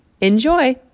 Enjoy